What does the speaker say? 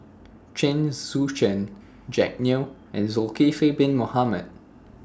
Chen Sucheng Jack Neo and Zulkifli Bin Mohamed